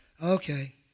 Okay